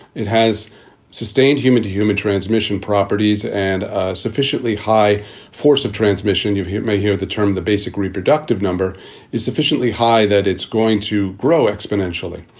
it has sustained human to human transmission properties and sufficiently high force of transmission. you may hear the term the basic reproductive number is sufficiently high that it's going to grow exponentially.